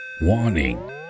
warning